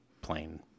plain